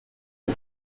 and